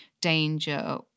danger